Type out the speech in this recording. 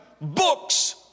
books